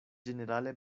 ĝenerale